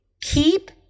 keep